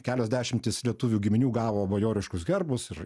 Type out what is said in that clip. kelios dešimtys lietuvių giminių gavo bajoriškus herbus ir